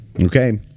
Okay